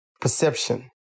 Perception